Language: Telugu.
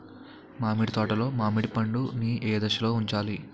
మామిడి తోటలో మామిడి పండు నీ ఏదశలో తుంచాలి?